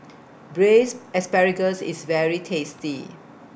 Braised Asparagus IS very tasty